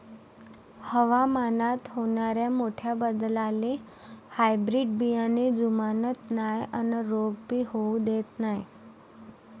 हवामानात होनाऱ्या मोठ्या बदलाले हायब्रीड बियाने जुमानत नाय अन रोग भी होऊ देत नाय